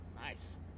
nice